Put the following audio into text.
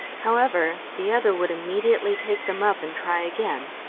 however, the other would immediately take them up and try again.